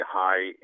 high